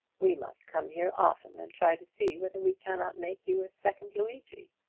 we must come here often and try to see whether we cannot make you a second luigi.